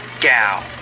gal